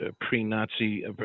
pre-Nazi